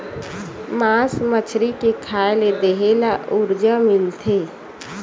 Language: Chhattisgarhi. मास मछरी के खाए ले देहे ल उरजा मिलथे